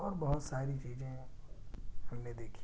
اور بہت ساری چیزیں ہم نے دیکھیں